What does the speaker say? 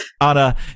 Anna